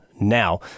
now